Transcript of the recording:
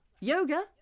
yoga